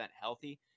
healthy